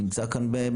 נמצא כאן.